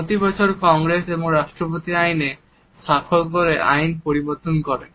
প্রতিবছর কংগ্রেস এবং রাষ্ট্রপতি আইনে স্বাক্ষর করে আইন পরিবর্তন করেন